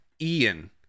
Ian